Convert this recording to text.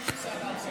כן, כן.